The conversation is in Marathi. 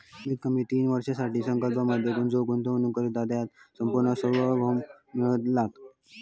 कमीत कमी तीन वर्षांसाठी प्रकल्पांमधे जो गुंतवणूक करित त्याका संपूर्ण सार्वभौम मिळतला